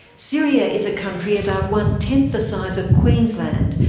syria is a country about one-tenth the size of queensland,